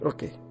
Okay